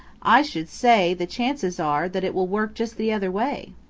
i should say the chances are that it will work just the other way.